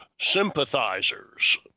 Sympathizers